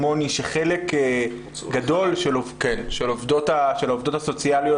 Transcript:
לנפגעי ונפגעות תקיפה מינית.